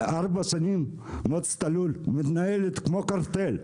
וארבע שנים מועצת הלול מתנהלת כמו קרטל.